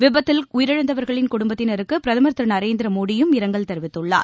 விபத்தில் உயிரிழந்தவர்களின் குடும்பத்தினருக்கு பிரதமர் திரு நநரேந்திரமோடி இரங்கல் தெரிவித்துள்ளார்